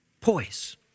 poise